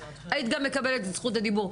היית גם מקבלת את זכות הדיבור.